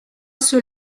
ceux